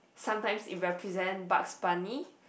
sometime it represent Bugs-Bunny